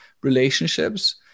relationships